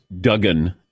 Duggan